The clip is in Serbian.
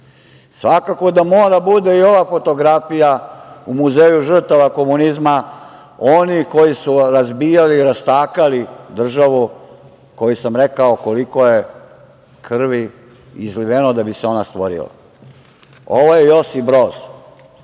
da mora da bude i ova fotografija u muzeju žrtava komunizma, onih koji su razbijali i rastakali državu koju sam rekao koliko je krvi izliveno da bi se ona stvorila. Ovo je Josip Broz.